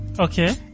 Okay